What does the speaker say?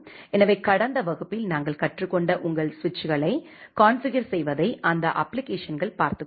எனவே கடந்த வகுப்பில் நாங்கள் கற்றுக்கொண்ட உங்கள் சுவிட்சுகளை கான்ஃபிகர் செய்வதை அந்த அப்ப்ளிகேஷன்ஸ்கள் பார்த்துக் கொள்ளும்